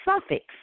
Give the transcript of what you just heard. suffix